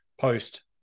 post